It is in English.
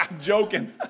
joking